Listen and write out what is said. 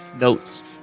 notes